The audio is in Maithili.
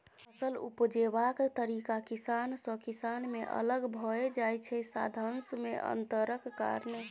फसल उपजेबाक तरीका किसान सँ किसान मे अलग भए जाइ छै साधंश मे अंतरक कारणेँ